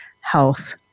health